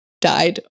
died